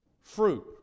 fruit